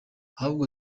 ahubwo